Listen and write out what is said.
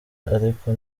ariko